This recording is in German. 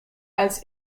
als